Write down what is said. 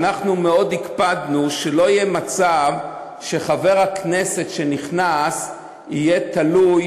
אנחנו מאוד הקפדנו שלא יהיה מצב שחבר הכנסת שנכנס יהיה תלוי